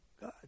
God